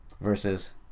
versus